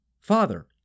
Father